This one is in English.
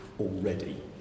already